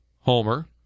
homer